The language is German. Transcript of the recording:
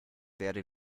werde